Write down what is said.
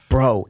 Bro